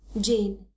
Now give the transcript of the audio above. Jane